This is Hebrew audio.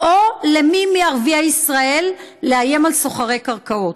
או למי מערביי ישראל לאיים על סוחרי קרקעות.